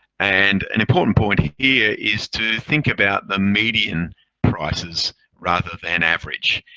and an important point here is to think about the median prices rather than average.